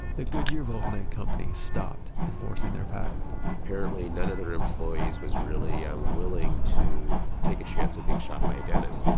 the goodyear vulcanite company stopped enforcing their patent apparently none of their employees was really willing to take a chance at being shot by a dentist.